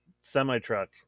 semi-truck